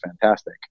fantastic